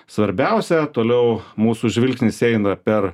svarbiausia toliau mūsų žvilgsnis eina per